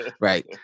Right